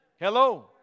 Hello